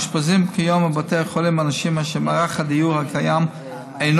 מאושפזים כיום בבתי החולים אנשים אשר מערך הדיור הקיים אינו